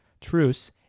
truce